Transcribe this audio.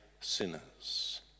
sinners